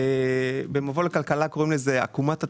במבוא לכלכלה קוראים לזה "עקומת התמורה".